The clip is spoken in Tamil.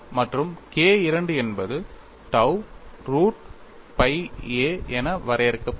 மற்றும் K II என்பது tau ரூட் pi a என வரையறுக்கப்படுகிறது